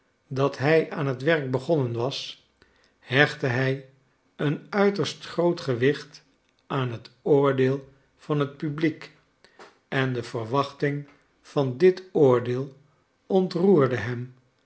dat hij aan het werk begonnen was hechtte hij een uiterst groot gewicht aan het oordeel van het publiek en de verwachting van dit oordeel ontroerde hem